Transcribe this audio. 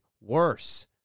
worse